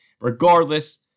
regardless